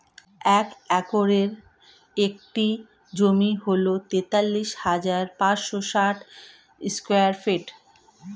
এক একরের একটি জমি হল তেতাল্লিশ হাজার পাঁচশ ষাট স্কয়ার ফিট